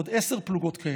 עוד עשר פלוגות כאלה,